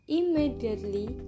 immediately